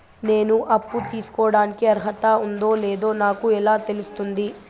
నేను అప్పు తీసుకోడానికి అర్హత ఉందో లేదో నాకు ఎలా తెలుస్తుంది?